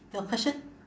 your question